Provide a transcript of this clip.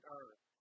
earth